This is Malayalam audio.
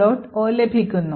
o ലഭിക്കുന്നു